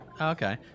Okay